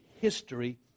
history